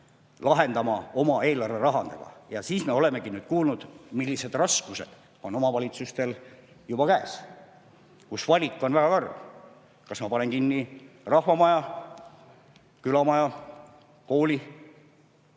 lahendama oma eelarve rahaga. Nüüd me olemegi kuulnud, millised raskused on omavalitsustel juba käes. Valik on väga karm: kas ma panen kinni rahvamaja, külamaja, kooli?